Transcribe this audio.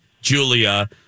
Julia